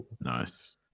Nice